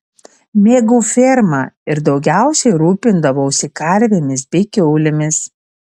mėgau fermą ir daugiausiai rūpindavausi karvėmis bei kiaulėmis